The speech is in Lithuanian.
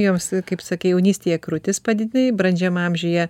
joms kaip sakei jaunystėje krūtis padidinai brandžiam amžiuje